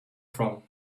from